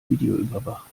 videoüberwacht